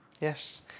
yes